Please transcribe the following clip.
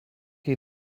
jej